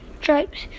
Stripes